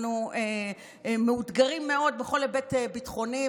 אנחנו מאותגרים מאוד בכל היבט ביטחוני,